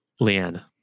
Leanne